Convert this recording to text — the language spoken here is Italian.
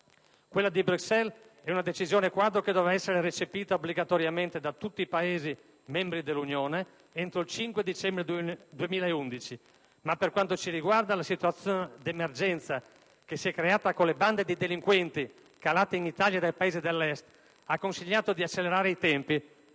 Quella di Bruxelles è una decisione quadro che dovrà essere recepita obbligatoriamente da tutti Paesi membri dell'Unione entro il 5 dicembre 2011, ma per quanto ci riguarda la situazione d'emergenza, che si è creata con le bande di delinquenti calate in Italia dai Paesi dell'Est, ha consigliato di accelerare i tempi: